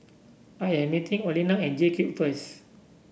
I am meeting Olena at JCube first